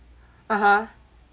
(uh huh)